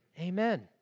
Amen